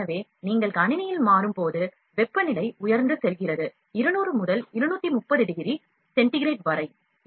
எனவே நாம் இயந்திரத்தை இயங்கச் செய்யும்பொழுது வெப்பநிலை 200 முதல் 230 டிகிரி சென்டிகிரேட் வரை உயர்கிறது